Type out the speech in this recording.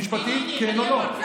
המשפטית, כן או לא?